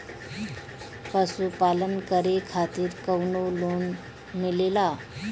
पशु पालन करे खातिर काउनो लोन मिलेला?